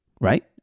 right